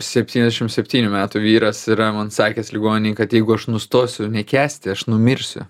septyniasdešim septynių metų vyras yra man sakęs ligoninėj kad jeigu aš nustosiu nekęsti aš numirsiu